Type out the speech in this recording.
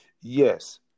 Yes